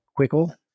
Quickle